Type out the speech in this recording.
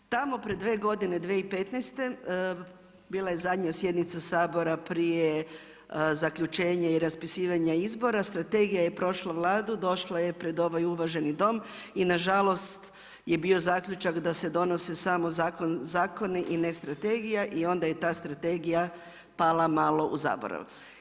Tamo prije dvije godine, 2015., bila je zadnja sjednica Sabora prije zaključenja i raspisivanja izbora, strategija je prošla Vladu, došla je pred ovaj uvaženi Dom i nažalost je bio zaključak da se donose samo zakoni i ne strategija i onda je ta strategija pala malo u zaborav.